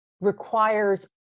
requires